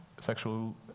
sexual